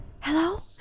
Hello